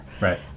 Right